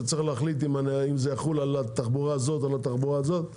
שצריך להחליט אם זה יחול על התחבורה הזאת או על התחבורה הזאת,